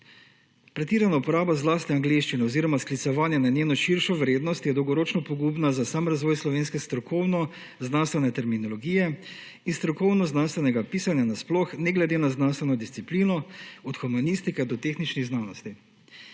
Pretirana uporaba zlasti angleščine oziroma sklicevanje na njeno širšo vrednost je dolgoročno pogubna za sam razvoj slovenske strokovno znanstvene terminologije in strokovnost znanstvenega pisanja nasploh ne glede na znanstveno disciplino od humanistike do tehničnih znanosti.